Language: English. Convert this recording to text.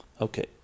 Okay